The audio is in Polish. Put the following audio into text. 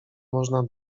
można